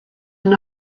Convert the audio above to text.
and